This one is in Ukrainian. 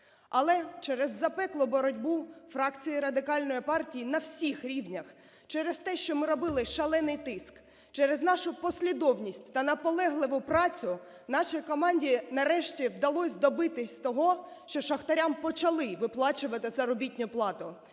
Але через запеклу боротьбу фракції Радикальної партії на всіх рівнях, через те, що ми робили шалений тиск, через нашу послідовність та наполегливу працю нашій команді нарешті вдалося добитись того, що шахтарям почали виплачувати заробітну плату.